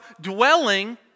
dwelling